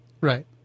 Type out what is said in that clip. Right